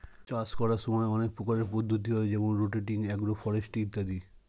চাষ করার সময় অনেক প্রকারের পদ্ধতি হয় যেমন রোটেটিং, এগ্রো ফরেস্ট্রি ইত্যাদি